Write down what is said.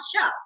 show